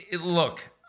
Look